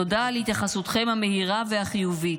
תודה על התייחסותכם המהירה והחיובית.